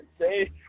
say